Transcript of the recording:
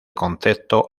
concepto